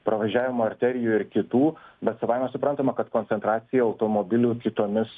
pravažiavimo arterijų ir kitų bet savaime suprantama kad koncentracija automobilių kitomis